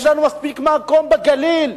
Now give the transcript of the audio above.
מספיק מקום בגליל.